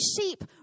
sheep